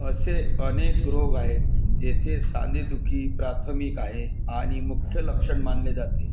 असे अनेक रोग आहेत जेथे सांधेदुखी प्राथमिक आहे आणि मुख्य लक्षण मानले जाते